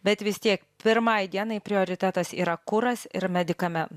bet vis tiek pirmai dienai prioritetas yra kuras ir medikamen